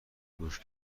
گوش